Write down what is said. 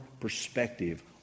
perspective